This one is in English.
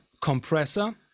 compressor